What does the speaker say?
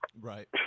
Right